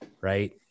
Right